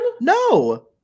No